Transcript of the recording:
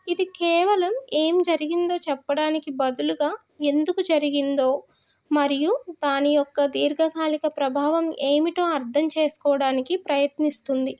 ఇది కేవలం ఏం జరిగిందో చెప్పడానికి బదులుగా ఎందుకు జరిగిందో మరియు దాని యొక్క దీర్ఘకాలిక ప్రభావం ఏమిటో అర్థం చేసుకోవడానికి ప్రయత్నిస్తుంది